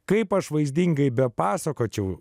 kaip aš vaizdingai bepasakočiau